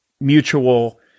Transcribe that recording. mutual